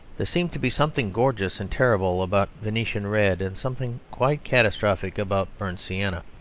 there seemed to be something gorgeous and terrible about venetian red and something quite catastrophic about burnt sienna.